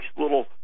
little